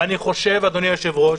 אני חושב, אדוני היושב-ראש,